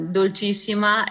dolcissima